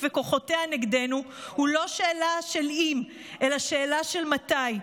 וכוחותיה נגדנו הוא לא שאלה של אם אלא שאלה של מתי.